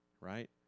Right